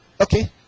Okay